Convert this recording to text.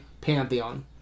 Pantheon